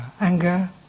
anger